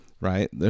right